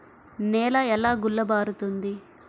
నేల ఎలా గుల్లబారుతుంది?